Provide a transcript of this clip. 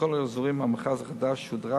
בכל האזורים המכרז החדש שודרג